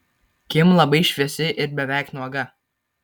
kim labai šviesi ir beveik nuoga